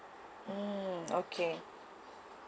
mm okay